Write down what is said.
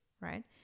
right